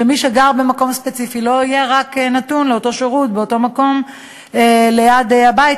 שמי שגר במקום ספציפי לא יהיה נתון רק לאותו שירות באותו מקום ליד הבית,